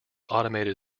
automated